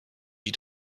wie